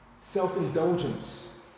self-indulgence